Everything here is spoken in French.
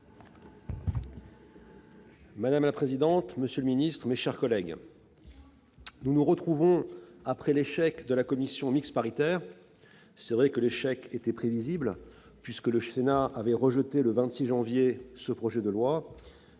Madame la présidente, monsieur le ministre, mes chers collègues, nous nous retrouvons après l'échec de la commission mixte paritaire. Cet échec était prévisible, puisque le Sénat avait rejeté le projet de loi